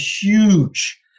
huge